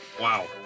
Wow